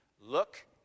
Look